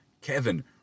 Kevin